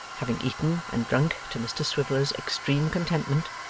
having eaten and drunk to mr swiveller's extreme contentment,